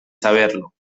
saberlo